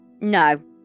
No